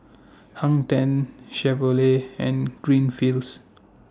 Hang ten Chevrolet and Greenfields